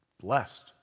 Blessed